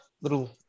little –